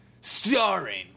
Starring